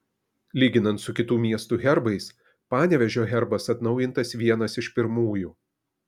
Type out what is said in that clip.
lyginant su kitų miestų herbais panevėžio herbas atnaujintas vienas iš pirmųjų